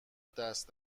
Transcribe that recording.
دست